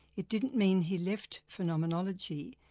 it didn't mean he left phenomenology,